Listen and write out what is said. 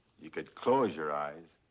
you could close your eyes.